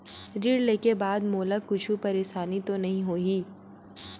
ऋण लेके बाद मोला कुछु परेशानी तो नहीं होही?